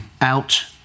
out